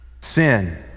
Sin